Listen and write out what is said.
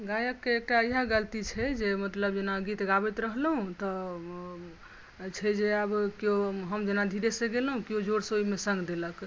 गायकके एकटा इएह गलती छै जे मतलब जेना गीत गाबैत रहलहुँ तँ छै जे आब केओ हम जेना धीरेसॅं गेलहुँ केओ जोरसॅं सङ्ग देलक